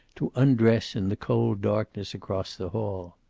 to undress in the cold darkness across the hall.